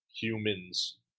humans